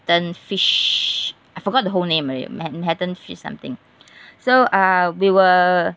~tan fish I forgot the whole name already manhattan fish something so uh we were